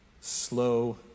slow